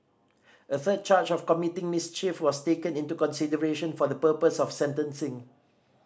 a third charge of committing mischief was taken into consideration for the purpose of sentencing